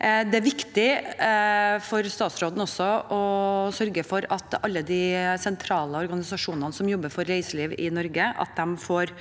Det er viktig at statsråden sørger for at alle de sentrale organisasjonene som jobber for reiseliv i Norge, får